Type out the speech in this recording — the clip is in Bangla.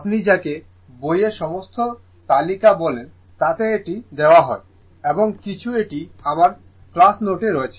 আপনি যাকে বইয়ের সমস্ত তালিকা বলেন তাতে এটি দেওয়া হয় এবং কিছু এটি আমার ক্লাস নোটে রয়েছে